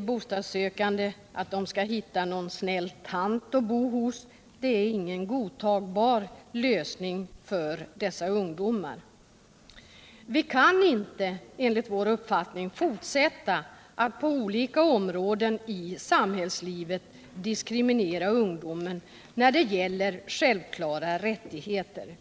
bostadssökande ungdomar att försöka hitta någon snäll tant att bo hos är ingen godtagbar lösning. Vi kan inte fortsätta att på olika områden i samhällslivet diskriminera ungdomen när det gäller självklara rättigheter.